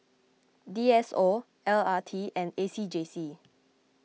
D S O L R T and A C J C